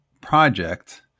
project